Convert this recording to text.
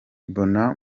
mbona